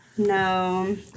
No